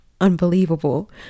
unbelievable